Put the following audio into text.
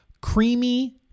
creamy